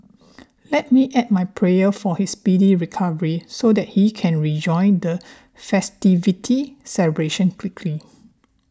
let me add my prayer for his speedy recovery so that he can rejoin the festivity celebration quickly